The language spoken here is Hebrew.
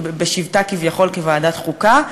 בשבתה כביכול כוועדת חוקה.